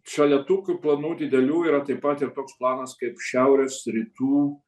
šalia tokių planų didelių yra taip pat ir toks planas kaip šiaurės rytų